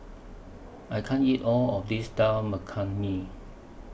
I can't eat All of This Dal Makhani